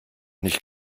nicht